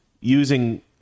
using